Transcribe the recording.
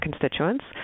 constituents